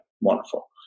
wonderful